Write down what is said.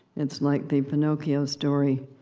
it's like the pinnochio story,